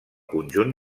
conjunt